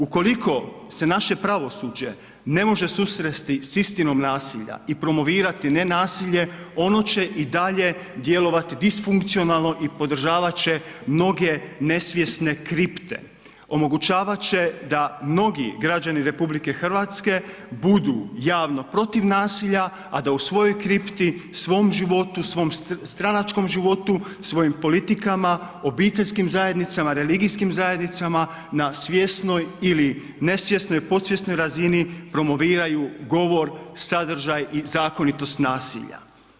Ukoliko se naše pravosuđe ne može susresti s istinom nasilja i promovirati nenasilje ono će i dalje djelovati disfunkcionalno i podržavat će mnoge nesvjesne kripte, omogućavat će da mnogi građani RH budu javno protiv nasilja, a da u svojoj kripti, svom životu, svom stranačkom životu, svojim politikama, obiteljskim zajednicama, religijskim zajednicama na svjesnoj ili nesvjesnoj, podsvjesnoj razini promoviraju govor, sadržaj i zakonitost nasilja.